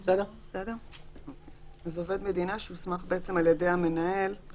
אז עובד מדינה שהוסמך על ידי מנכ"ל